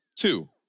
Two